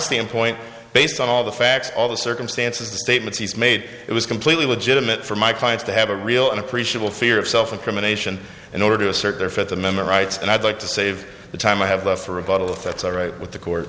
standpoint based on all the facts all the circumstances the statements he's made it was completely legitimate for my clients to have a real and appreciable fear of self incrimination in order to assert their for the member rights and i'd like to save the time i have left for a bottle of that's all right with the court